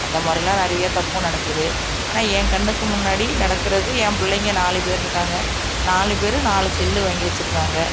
அந்த மாதிரிலாம் நிறைய தப்பு நடக்குது ஆனால் என் கண்ணுக்கு முன்னாடி நடக்கிறது என் பிள்ளைங்க நாலு பேரிருக்காங்க நாலு பேரும் நாலு செல்லு வாங்கி வெச்சுருக்காங்க